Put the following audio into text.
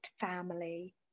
family